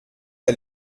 t’a